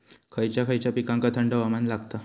खय खयच्या पिकांका थंड हवामान लागतं?